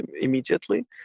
immediately